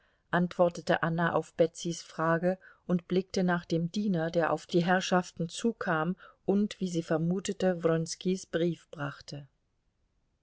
antwortete anna auf betsys frage und blickte nach dem diener der auf die herrschaften zukam und wie sie vermutete wronskis brief brachte